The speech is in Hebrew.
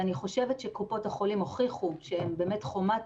אני חושבת שקופות החולים הוכיחו שהן חומת